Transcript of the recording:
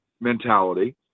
mentality